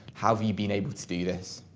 have you been able to do this?